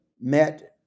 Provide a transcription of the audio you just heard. met